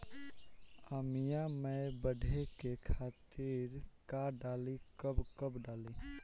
आमिया मैं बढ़े के खातिर का डाली कब कब डाली?